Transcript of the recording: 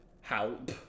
help